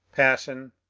passion,